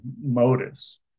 motives